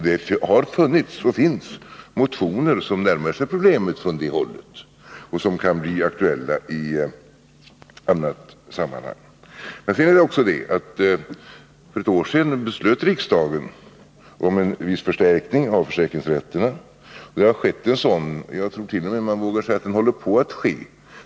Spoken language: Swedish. Det har funnits och finns motioner som närmar sig problemet från det hållet och som kan bli aktuella i annat sammanhang. För ett år sedan beslöt riksdagen om en viss förstärkning av försäkringsrätterna. Det har skett en sådan, och jag tror t.o.m. jag vågar säga att den håller på att ske.